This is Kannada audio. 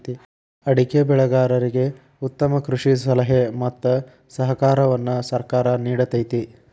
ಅಡಿಕೆ ಬೆಳೆಗಾರರಿಗೆ ಉತ್ತಮ ಕೃಷಿ ಸಲಹೆ ಮತ್ತ ಸಹಕಾರವನ್ನು ಸರ್ಕಾರ ನಿಡತೈತಿ